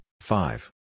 five